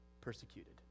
persecuted